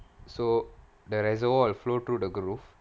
so the reservoir flow through the groove